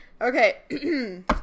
Okay